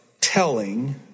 telling